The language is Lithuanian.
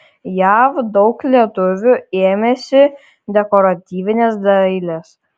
jav daug lietuvių ėmėsi dekoratyvinės dailės